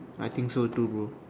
I think so too bro